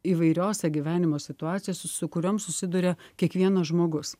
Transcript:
įvairiose gyvenimo situacijose su kuriom susiduria kiekvienas žmogus